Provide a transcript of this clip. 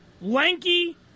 lanky